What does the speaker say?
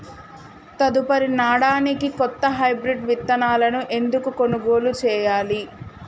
తదుపరి నాడనికి కొత్త హైబ్రిడ్ విత్తనాలను ఎందుకు కొనుగోలు చెయ్యాలి?